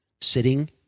sitting